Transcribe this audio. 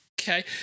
okay